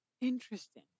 Interesting